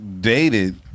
dated